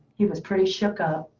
he was pretty shook up.